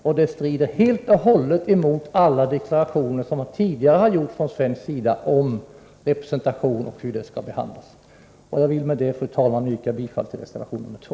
Detta strider helt mot alla de deklarationer som tidigare gjorts från svensk sida när det gäller representationen härvidlag och hur denna fråga skall behandlas. Jag vill med detta, fru talman, yrka bifall till reservation 2.